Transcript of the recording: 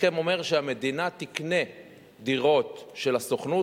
ההסכם אומר שהמדינה תקנה דירות של הסוכנות